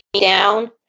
down